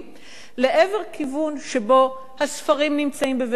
לעבר כיוון שבו הספרים נמצאים בבית-הספר,